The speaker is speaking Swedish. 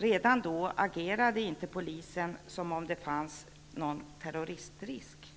Redan då agerade polisen som om det inte fanns någon terroristrisk.